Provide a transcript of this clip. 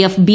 F B